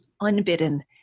unbidden